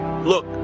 Look